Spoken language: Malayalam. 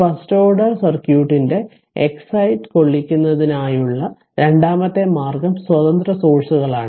ഫസ്റ്റ് ഓർഡർ സർക്യൂട്ടിനെ എക്സൈറ് കൊള്ളിക്കുന്നതിനുള്ള രണ്ടാമത്തെ മാർഗം സ്വതന്ത്ര സോഴ്സ്കളാണ്